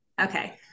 Okay